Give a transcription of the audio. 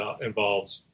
involved